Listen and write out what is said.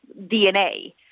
DNA